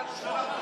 בבקשה לחזור לנושא.